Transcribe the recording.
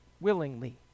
willingly